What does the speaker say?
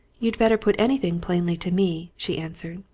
you'd better put anything plainly to me, she answered.